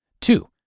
Two